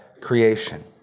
creation